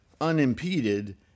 unimpeded